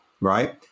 right